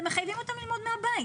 אתם מחייבים אותם ללמוד מהבית.